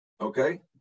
okay